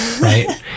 right